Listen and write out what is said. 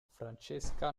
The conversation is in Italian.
francesca